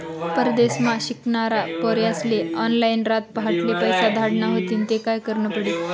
परदेसमा शिकनारा पोर्यास्ले ऑनलाईन रातपहाटले पैसा धाडना व्हतीन ते काय करनं पडी